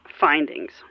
findings